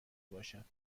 باشد